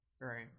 Right